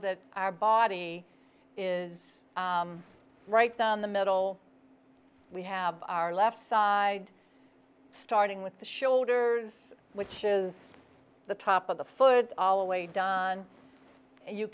that our body is right down the middle we have our left side starting with the shoulders which is the top of the foot all the way done you